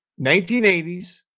1980s